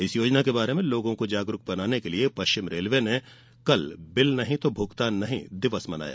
इस योजना के बारे में लोगों को जागरूक बनाने के लिए पश्चिम रेलवे ने कल बिल नहीं तो भूगतान नहीं दिवस मनाया